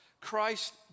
Christ